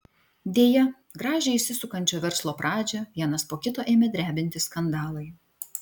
deja gražią įsisukančio verslo pradžią vienas po kito ėmė drebinti skandalai